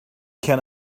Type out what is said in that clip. can